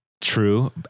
True